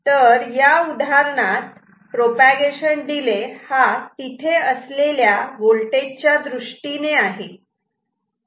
तर या उदाहरणात प्रोपागेशन डिले हा तिथे असलेल्या वोल्टेज च्या दृष्टीने आहे